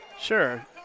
Sure